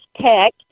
tech